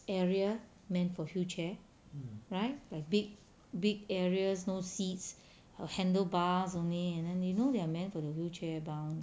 area meant for wheelchair right like big big areas no seats err handlebars only and then you know they're meant for the wheelchair bound